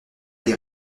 été